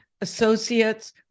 associates